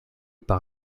par